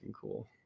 cool